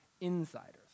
insiders